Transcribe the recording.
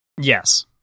Yes